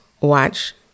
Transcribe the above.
watch